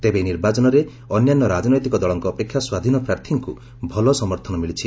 ତେବେ ଏହି ନିର୍ବାଚନରେ ଅନ୍ୟାନ୍ୟ ରାଜନୈତିକ ଦଳଙ୍କ ଅପେକ୍ଷା ସ୍ୱାଧୀନ ପ୍ରାର୍ଥୀଙ୍କ ଭଲ ସମର୍ଥନ ମିଳିଛି